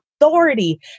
authority